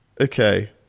Okay